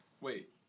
Wait